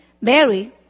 Mary